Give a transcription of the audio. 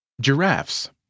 Giraffes